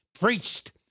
preached